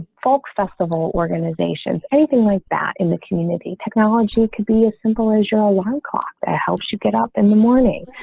folk festival organizations, anything like that in the community technology could be as simple as your alarm clock that ah helps you get up in the morning.